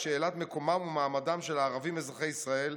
שאלת מקומם ומעמדם של הערבים אזרחי ישראל,